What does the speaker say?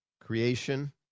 creation